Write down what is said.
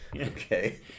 Okay